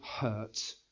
hurt